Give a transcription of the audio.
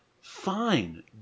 fine